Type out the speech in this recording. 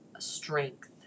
strength